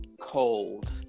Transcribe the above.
cold